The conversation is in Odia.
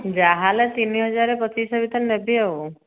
ଯାହାହେଲେ ତିନି ହାଜର ପଚିଶଶହ ଭିତରେ ନେବି ଆଉ